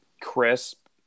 crisp